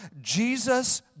Jesus